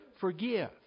forgive